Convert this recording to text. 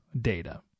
data